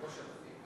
לא שלך.